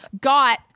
got